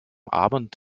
abend